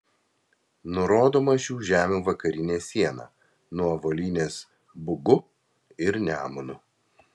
nurodoma šių žemių vakarinė siena nuo volynės bugu ir nemunu